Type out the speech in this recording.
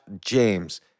James